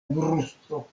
brusto